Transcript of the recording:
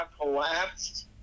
collapsed